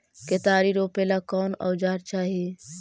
केतारी रोपेला कौन औजर चाही?